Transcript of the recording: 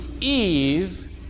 Eve